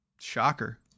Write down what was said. shocker